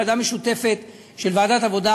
הייתה ועדה משותפת של ועדת העבודה,